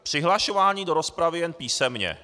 Přihlašování do rozpravy jen písemně.